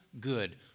good